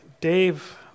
Dave